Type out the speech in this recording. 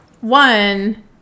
One